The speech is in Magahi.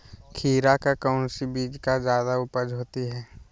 खीरा का कौन सी बीज का जयादा उपज होती है?